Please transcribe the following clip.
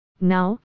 Now